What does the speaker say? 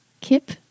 Kip